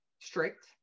strict